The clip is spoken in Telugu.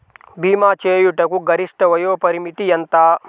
భీమా చేయుటకు గరిష్ట వయోపరిమితి ఎంత?